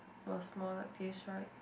will smile like this right